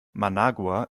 managua